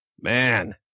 man